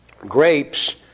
grapes